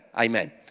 Amen